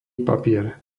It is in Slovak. papier